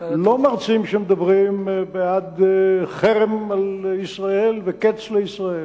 לא מרצים שמדברים בעד חרם על ישראל וקץ לישראל,